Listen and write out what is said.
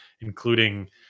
including